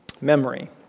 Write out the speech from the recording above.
memory